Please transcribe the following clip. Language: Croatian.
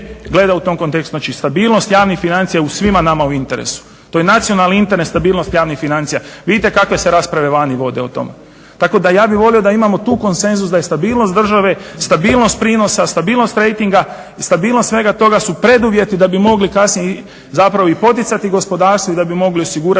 gleda u tom kontekstu znači stabilnost javnih financija svima nama u interesu. To je nacionalni interes stabilnost javnih financija. Vidite kakve se rasprave vani vode o tome. Tako da ja bih volio da imamo tu konsenzus da je stabilnost države, stabilnost prinosa, stabilnost rejtinga, stabilnost svega toga su preduvjeti da bi mogli kasnije zapravo i poticati gospodarstvo i da bi mogli osigurati